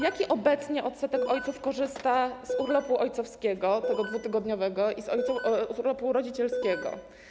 Jaki obecnie odsetek ojców korzysta z urlopu ojcowskiego, tego dwutygodniowego, i z urlopu rodzicielskiego?